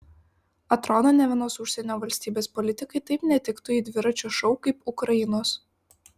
atrodo nė vienos užsienio valstybės politikai taip netiktų į dviračio šou kaip ukrainos